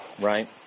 right